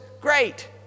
Great